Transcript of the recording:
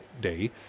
day